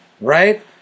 right